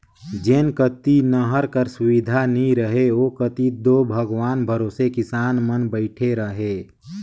जेन कती नहर कर सुबिधा नी रहें ओ कती दो भगवान भरोसे किसान मन बइठे रहे